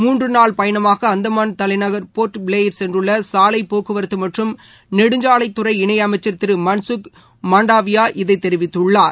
மூன்று நாள் பயணமாக அந்தமான் தலைநகள் போர்ட் பிளேயர் சென்றுள்ள சாலை போக்குவரத்து மற்றும் நெடுஞ்சாலைத்துறை இணை அமைச்சர் திரு மன்சுக் மாண்டாவியா இதைத் தெரிவித்தார்